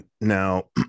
Now